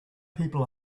people